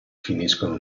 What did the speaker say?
finiscono